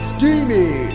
Steamy